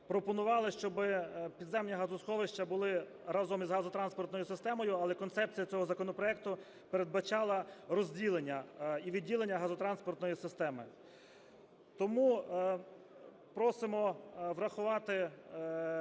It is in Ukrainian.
пропонували, щоб підземні газосховища були разом із газотранспортною системою, але концепція цього законопроекту передбачала розділення і відділення газотранспортної системи. Тому просимо врахувати